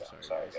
Sorry